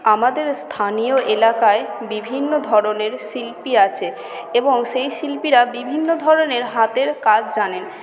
আমাদের স্থানীয় এলাকায় বিভিন্ন ধরণের শিল্পী আছে এবং সেই শিল্পীরা বিভিন্ন ধরণের হাতের কাজ জানেন